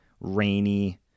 rainy